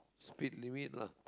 speed limit lah